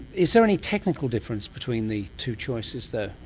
is there any technical difference between the two choices though?